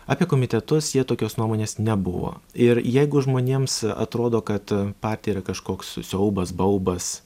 apie komitetus jie tokios nuomonės nebuvo ir jeigu žmonėms atrodo kad partija yra kažkoks siaubas baubas